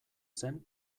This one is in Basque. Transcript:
zen